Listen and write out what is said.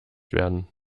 werden